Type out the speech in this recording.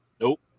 nope